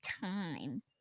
time